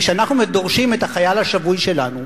כשאנחנו דורשים את החייל השבוי שלנו.